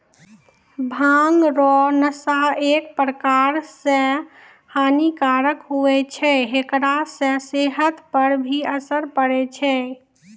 भांग रो नशा एक प्रकार से हानी कारक हुवै छै हेकरा से सेहत पर भी असर पड़ै छै